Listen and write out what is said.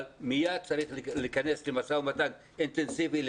מייד צריך להיכנס למשא ומתן אינטנסיבי,